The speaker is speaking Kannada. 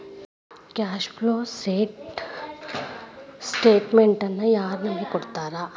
ಕ್ಯಾಷ್ ಫ್ಲೋ ಸ್ಟೆಟಮೆನ್ಟನ ಯಾರ್ ನಮಗ್ ಕೊಡ್ತಾರ?